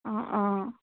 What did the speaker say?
অ অ